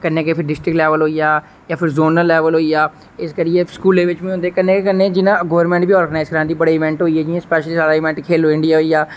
कन्नै गै फ्ही डिस्ट्रिक्ट लेबल होई गेआ जां फ्ही जोनल लेबल होई गेआ इस करियै स्कूलें बिच बी होंदे कन्नै कन्नै जियाां गवर्नमेंट बी आरगनाइज करवांदी आखदी इंवैंट खेलो जियां खैलो इंडिया